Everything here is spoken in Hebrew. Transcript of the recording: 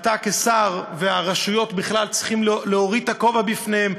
אתה כשר והרשויות בכלל צריכים להוריד את הכובע בפניהם,